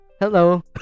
Hello